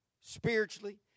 spiritually